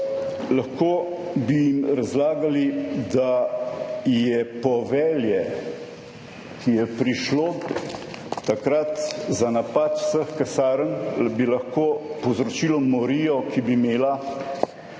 Lahko bi jim razlagali, da bi lahko povelje, ki je prišlo takrat za napad vseh kasarn, povzročilo morijo, ki bi imela